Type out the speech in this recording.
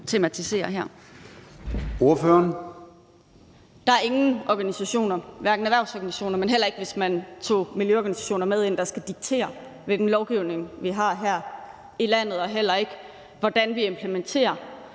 Der er ingen organisationer, hverken erhvervsorganisationer, men heller ikke miljøorganisationer, hvis man tog dem med ind, der skal diktere, hvilken lovgivning vi har her i landet, og heller ikke, hvordan vi implementerer